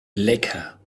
lecker